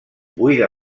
buida